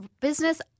business